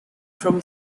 from